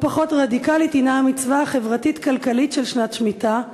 לא פחות רדיקלית הנה המצווה החברתית-כלכלית של שנת שמיטה,